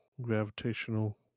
gravitational